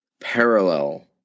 parallel